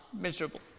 miserable